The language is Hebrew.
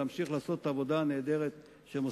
ולהמשיך לעשות את העבודה הנהדרת שהם עושים.